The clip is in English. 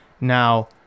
now